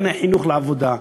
אין חינוך לעבודה,